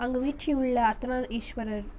அங்கு வீற்றி உள்ள அர்த்தனா ஈஸ்வரர்